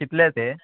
कितले ते